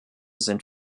sind